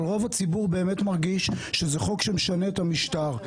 אבל רוב הציבור באמת מרגיש שהחוק הזה הוא חוק שמשנה את המשטר.